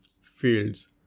fields